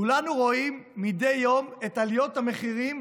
כולנו רואים מדי יום את עליות המחירים,